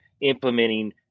implementing